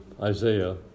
Isaiah